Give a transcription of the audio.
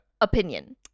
opinion